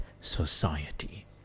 society